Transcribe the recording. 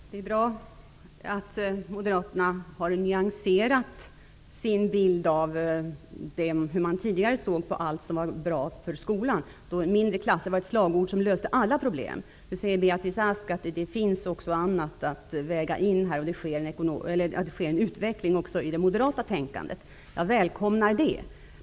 Fru talman! Det är bra att moderaterna har nyanserat sin bild av det som är bra för skolan. Förut var mindre klasser ett slagord som skulle lösa alla problem. Det finns också annat som måste vägas in. Det sker i alla fall en utveckling i det moderata tänkandet, vilket jag välkomnar.